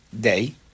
day